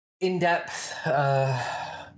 in-depth